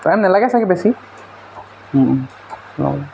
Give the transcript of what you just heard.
time নেলাগে ছাগৈ বেছি হ'ব